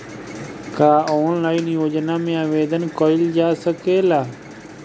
का ऑनलाइन योजना में आवेदन कईल जा सकेला?